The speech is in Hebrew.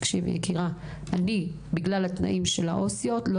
בגלל התנאים של העו"סיות,